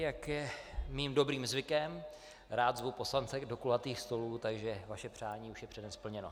Jak je mým dobrým zvykem, rád zvu poslance do kulatých stolů, takže vaše přání už je předem splněno.